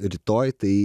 rytoj tai